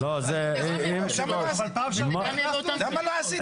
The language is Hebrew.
להיות --------- למה לא עשיתם?